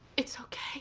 it's okay